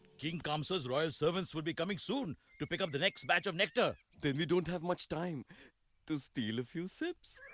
king kamsa's royal servants will be coming soon, to pick up the next batch of nectar. then we don't have much time to steal a few sips.